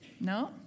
no